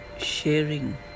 sharing